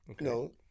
No